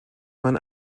man